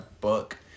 book